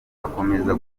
akomeza